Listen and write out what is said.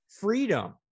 Freedom